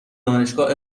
دانشگاه